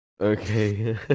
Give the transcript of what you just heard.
Okay